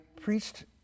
preached